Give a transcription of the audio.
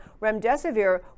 remdesivir